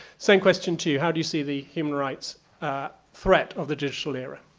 same question to you, how do you see the human rights threat of the digital era?